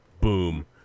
Boom